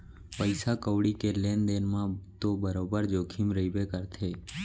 पइसा कउड़ी के लेन देन म तो बरोबर जोखिम रइबे करथे